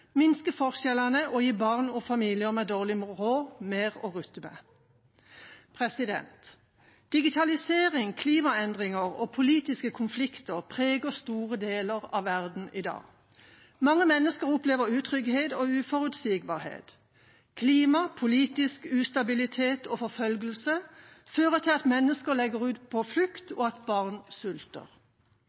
minske forskjellene og gi barn og familier med dårlig råd mer å rutte med. Digitalisering, klimaendringer og politiske konflikter preger store deler av verden i dag. Mange mennesker opplever utrygghet og uforutsigbarhet. Klima, politisk ustabilitet og forfølgelse fører til at mennesker legger ut på flukt, og at barn sulter.